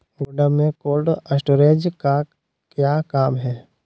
गोडम में cold storage का क्या काम है?